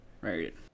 Right